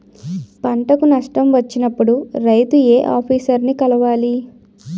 పంటకు నష్టం వచ్చినప్పుడు రైతు ఏ ఆఫీసర్ ని కలవాలి?